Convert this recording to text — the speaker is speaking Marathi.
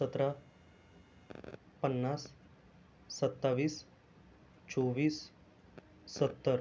सतरा पन्नास सत्तावीस चोवीस सत्तर